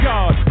God